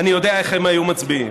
אני יודע איך הם היו מצביעים.